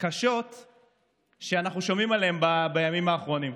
קשות שאנחנו שומעים עליהן בימים האחרונים.